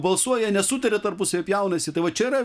balsuoja nesutaria tarpusavyje pjaunasi tai vat čia yra